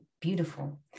beautiful